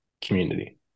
community